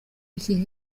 iki